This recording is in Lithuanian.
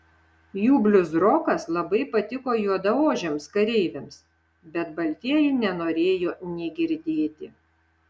jų bliuzrokas labai patiko juodaodžiams kareiviams bet baltieji nenorėjo nė girdėti